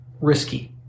risky